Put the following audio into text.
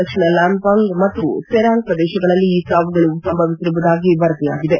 ದಕ್ಷಿಣ Lampung ಮತ್ತು Serang ಪ್ರದೇಶಗಳಲ್ಲಿ ಈ ಸಾವುಗಳು ಸಂಭವಿಸಿರುವುದಾಗಿ ವರದಿಯಾಗಿದೆ